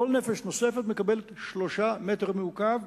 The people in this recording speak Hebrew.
כל נפש נוספת מקבלת 3 מטרים מעוקבים,